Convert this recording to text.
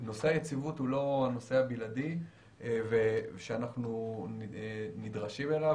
נושא היציבות הוא לא הנושא הבלעדי שאנחנו נדרשים אליו.